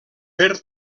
per